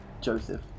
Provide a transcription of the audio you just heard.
Joseph